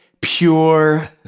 pure